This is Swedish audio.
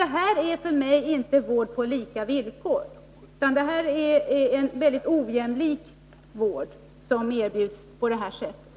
För mig är detta inte vård på lika villkor, utan det är en väldigt ojämlik vård som medges på det här sättet.